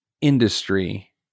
industry